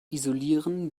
isolieren